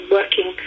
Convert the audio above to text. working